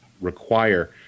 require